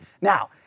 Now